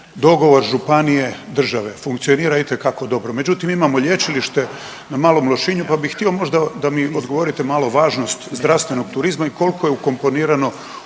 Dogovor županije, države funkcionira itekako dobro. Međutim, imamo lječilište na Malom Lošinju pa bih htio možda da mi odgovorite malo važnost zdravstvenog turizma i koliko je ukomponirano